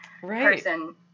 person